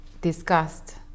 discussed